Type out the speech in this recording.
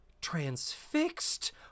transfixed